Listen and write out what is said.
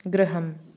गृहम्